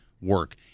work